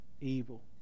evil